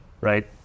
right